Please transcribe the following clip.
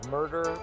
Murder